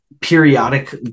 periodic